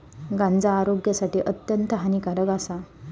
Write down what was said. गांजा आरोग्यासाठी अत्यंत हानिकारक आसा